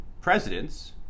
presidents